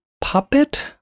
puppet